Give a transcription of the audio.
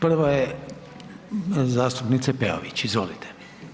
Prva je zastupnice Peović, izvolite.